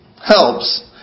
helps